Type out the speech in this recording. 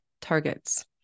targets